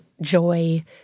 joy